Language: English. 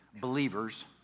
believers